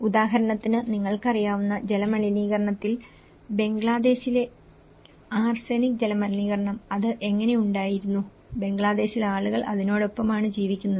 ഉദാഹരണത്തിന് നിങ്ങൾക്ക് അറിയാവുന്ന ജലമലിനീകരണത്തിൽ ബംഗ്ലാദേശിലെ ആർസെനിക് ജലമലിനീകരണം അത് എങ്ങനെയുണ്ടായിരുന്നു ബംഗ്ലാദേശിൽ ആളുകൾ അതിനോടൊപ്പമാണ് ജീവിക്കുന്നത്